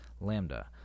Lambda